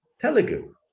Telugu